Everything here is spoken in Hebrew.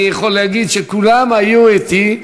אני יכול להגיד שכולם היו אתי.